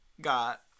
got